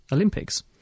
Olympics